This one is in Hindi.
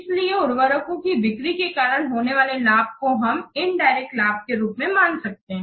इसलिए उर्वरकों की बिक्री के कारण होने वाले लाभ को हम इनडायरेक्ट लाभ के रूप में मान सकते हैं